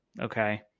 Okay